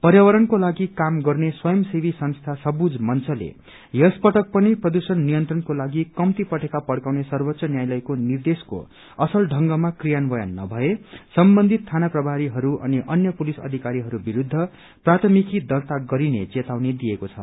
पर्यावरणको लप्रिकाम गर्ने स्वयं सेवी संसी सबूज मंचले यस पटक पनि प्रदुषण नियंत्रणको लागि कम्ती पटेका पड़काउने सव्रेच्च न्यायालयको निद्रेशको असल ढंगमा क्रियान्वयन नभए सम्बन्धित थाना प्रभारीहरू अनि अन्य पुलिस अधिकारीहरू विरूद्ध प्राथमिकी दर्ता गरिने चेतावनी दिएको छ